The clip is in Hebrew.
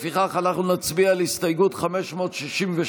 לפיכך אנחנו נצביע על הסתייגות 567,